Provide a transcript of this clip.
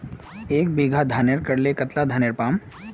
एक बीघा धानेर करले कतला धानेर पाम?